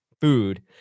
food